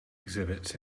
exhibits